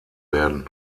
werden